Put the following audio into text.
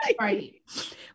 right